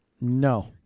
No